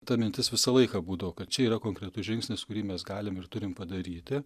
ta mintis visą laiką būdavo kad čia yra konkretus žingsnis kurį mes galim ir turim padaryti